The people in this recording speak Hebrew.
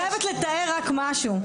אני חייבת לתאר רק משהו.